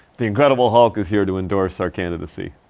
the incredible hulk is here to endorse our candidacy.